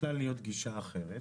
יכולה הייתה להיות גישה אחרת